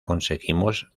conseguimos